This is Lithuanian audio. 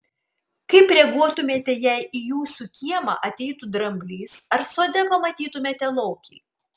kaip reaguotumėte jei į jūsų kiemą ateitų dramblys ar sode pamatytumėte lokį